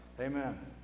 Amen